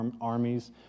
armies